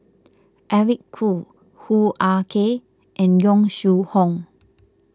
Eric Khoo Hoo Ah Kay and Yong Shu Hoong